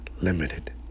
limited